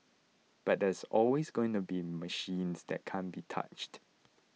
but there's always going to be machines that can't be touched